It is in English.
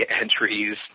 entries